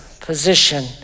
position